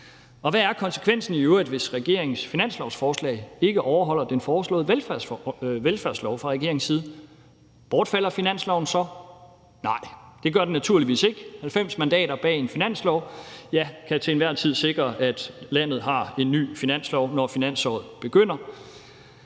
Og hvad er konsekvensen i øvrigt, hvis regeringens finanslovsforslag ikke overholder den foreslåede velfærdslov fra regeringens side? Bortfalder finansloven så? Nej, det gør den naturligvis ikke. 90 mandater bag en finanslov kan til enhver tid sikre, at landet har en ny finanslov, når finansåret begynder.